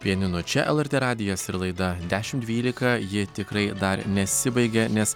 pianinu čia lrt radijas ir laida dešim dvylika ji tikrai dar nesibaigė nes